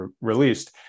released